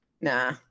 Nah